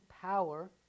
power